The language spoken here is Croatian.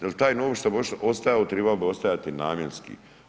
Jer taj novac što ostaje, trebao bi ostajati namjenski.